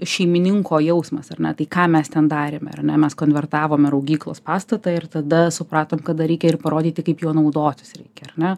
šeimininko jausmas ar ne tai ką mes ten darėme ar ne mes konvertavome raugyklos pastatą ir tada supratom kad dar reikia ir parodyti kaip juo naudotis reikia ar ne